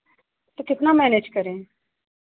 तो कितना मैनेज करें